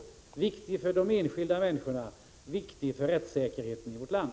Den är viktig för de enskilda människorna och för rättssäkerheten i vårt land.